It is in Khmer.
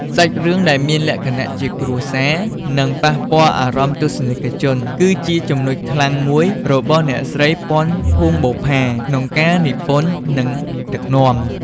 សាច់រឿងដែលមានលក្ខណៈជាគ្រួសារ និងប៉ះពាល់អារម្មណ៍ទស្សនិកជន គឺជាចំណុចខ្លាំងមួយរបស់អ្នកស្រី ពាន់ ភួងបុប្ផា ក្នុងការនិពន្ធ និងដឹកនាំ។